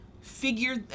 figure